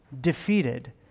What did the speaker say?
defeated